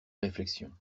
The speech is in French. réflexions